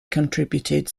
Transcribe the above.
contributed